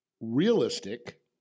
realistic